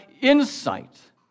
insight